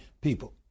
people